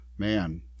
Man